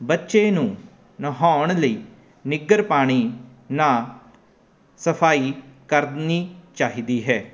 ਬੱਚੇ ਨੂੰ ਨਹਾਉਣ ਲਈ ਨਿੱਘਰ ਪਾਣੀ ਨਾਲ ਸਫਾਈ ਕਰਨੀ ਚਾਹੀਦੀ ਹੈ